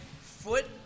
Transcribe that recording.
Foot